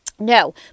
No